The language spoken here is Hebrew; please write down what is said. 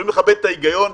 יכולים לכבד את ההיגיון.